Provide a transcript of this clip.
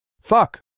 Fuck